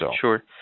Sure